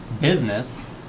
business